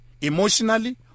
emotionally